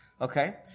okay